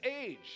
age